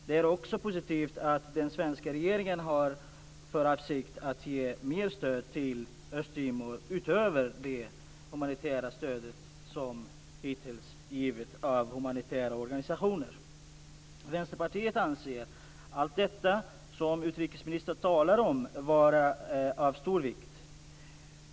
Det är också positivt att den svenska regeringen har för avsikt att ge mer stöd till Östtimor utöver det humanitära stöd som hittills givits via humanitära organisationer. Vänsterpartiet anser att allt det utrikesministern talar om är av stor vikt.